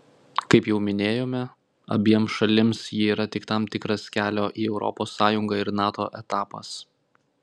kaip jau minėjome abiem šalims ji yra tik tam tikras kelio į europos sąjungą ir nato etapas